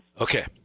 Okay